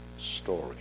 Story